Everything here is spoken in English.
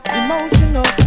emotional